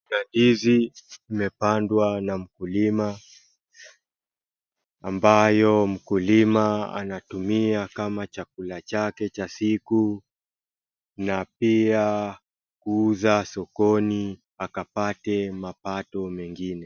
Ndizi imepandwa na mkulima ambayo mkulima anatumia kama chakula chake cha siku na pia kuuza sokoni akapate mapato mengine.